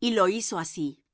y lo hizo así